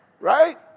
Right